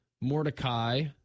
Mordecai